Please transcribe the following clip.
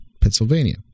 Pennsylvania